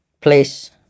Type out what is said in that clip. place